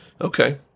Okay